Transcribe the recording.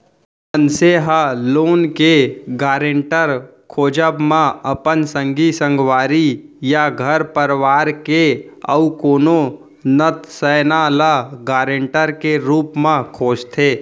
मनसे ह लोन के गारेंटर खोजब म अपन संगी संगवारी या घर परवार के अउ कोनो नत सैना ल गारंटर के रुप म खोजथे